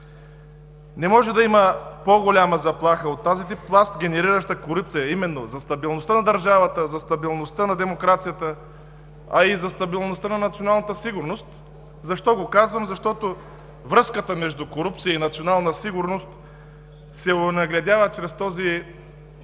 Не може да има по-голяма заплаха от този тип власт, генерираща корупция, а именно за стабилността на държавата, за стабилността на демокрацията, а и за стабилността на националната сигурност. Защо го казвам? Защото връзката между корупция и национална сигурност се онагледява чрез този така